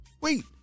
Wait